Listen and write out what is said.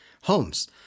Homes